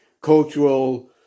cultural